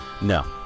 No